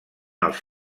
els